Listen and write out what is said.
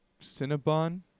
Cinnabon